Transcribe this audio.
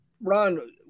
Ron